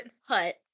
Hut